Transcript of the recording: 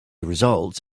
results